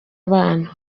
abana